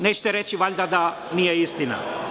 Nećete reći, valjda da nije istina.